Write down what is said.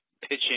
pitching